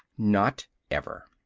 not ever.